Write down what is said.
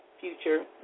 future